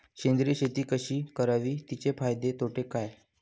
सेंद्रिय शेती कशी करावी? तिचे फायदे तोटे काय?